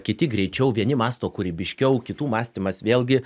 kiti greičiau vieni mąsto kūrybiškiau kitų mąstymas vėlgi